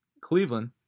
cleveland